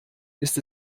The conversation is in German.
ist